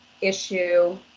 issue